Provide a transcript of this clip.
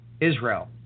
Israel